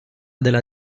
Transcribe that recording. della